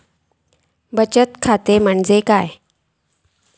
बचत खाता म्हटल्या काय?